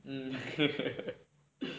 mm